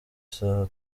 saha